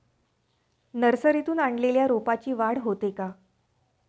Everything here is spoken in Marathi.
नर्सरीतून आणलेल्या रोपाची वाढ होते का?